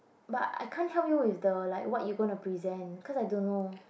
but I can't help you with the like what you gonna present cause I don't know